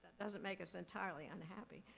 doesn't make us entirely unhappy.